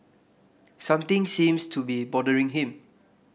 something seems to be bothering him